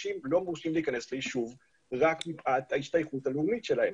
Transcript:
שאנשים לא מורשים להיכנס ליישוב רק מפאת ההשתייכות הלאומית שלהם.